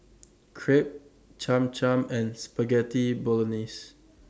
Crepe Cham Cham and Spaghetti Bolognese